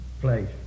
place